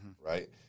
right